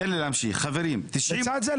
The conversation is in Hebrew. לצד זה,